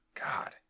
God